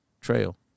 trail